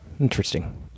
Interesting